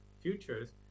futures